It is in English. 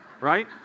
Right